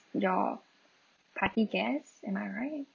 your party guests am I right